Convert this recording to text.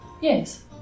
Yes